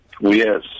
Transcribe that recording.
yes